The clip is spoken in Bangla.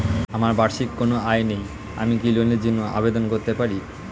আমার বার্ষিক কোন আয় নেই আমি কি লোনের জন্য আবেদন করতে পারি?